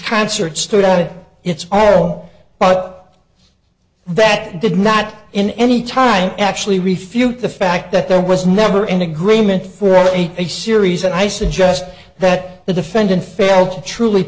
it it's all but that did not in any time actually refute the fact that there was never an agreement for an a series and i suggest that the defendant fail to truly